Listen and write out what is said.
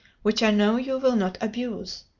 which i know you will not abuse.